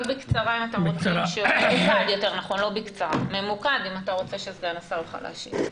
רק תהיה ממוקד, אם אתה רוצה שסגן השר יוכל להשיב.